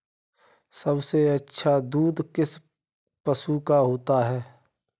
सबसे अच्छा दूध किस पशु का होता है?